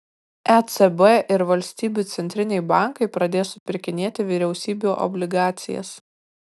ecb ir valstybių centriniai bankai pradės supirkinėti vyriausybių obligacijas